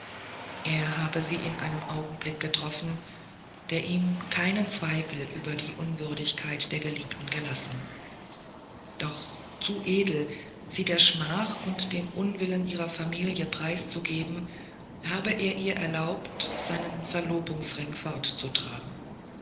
er habe sie in einem augenblick getroffen der ihm keinen zweifel über die unwürdigkeit der geliebten gelassen doch zu edel sie der schmach und dem unwillen ihrer familie preiszugeben habe er ihr erlaubt seinen verlobungsring